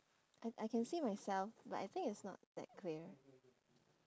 I I can see myself but I think it's not that clear